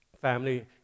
family